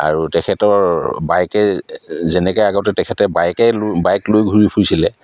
আৰু তেখেতৰ বাইকে যেনেকে আগতে তেখেতে বাইকে লৈ বাইক লৈ ঘূৰি ফুৰিছিলে